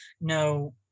no